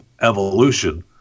Evolution